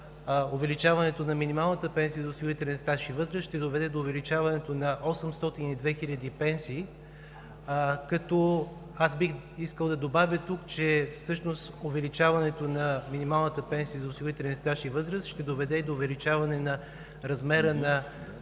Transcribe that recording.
за осигурителен стаж и възраст ще доведе до увеличаването на 802 хиляди пенсии, като, бих искал, да добавя тук, че всъщност увеличаването на минималната пенсия за осигурителен стаж и възраст ще доведе до увеличаване на размера на